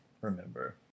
remember